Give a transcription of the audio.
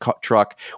truck